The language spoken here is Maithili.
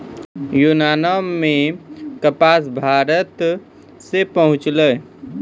यूनानो मे कपास भारते से पहुँचलै